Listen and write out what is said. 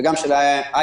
וגם של INF